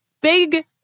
Big